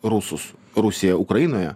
rusus rusija ukrainoje